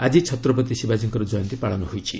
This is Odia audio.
ଆଜି ଛତ୍ରପତି ଶିବାଜୀଙ୍କର କୟନ୍ତୀ ପାଳନ କରାଯାଉଛି